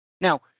Now